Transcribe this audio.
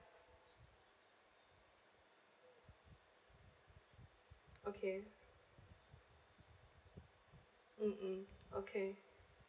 okay mm okay